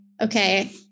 okay